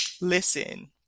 Listen